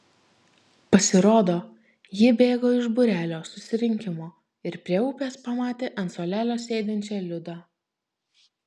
pasirodo ji bėgo iš būrelio susirinkimo ir prie upės pamatė ant suolelio sėdinčią liudą